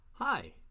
Hi